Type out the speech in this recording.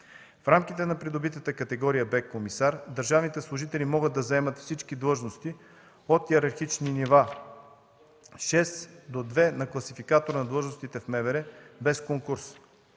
В рамките на придобитата категория „Б” – комисар, държавните служители могат да заемат всички длъжности от йерархични нива – шест до две, на Класификатора на длъжностите в МВР, без конкурс.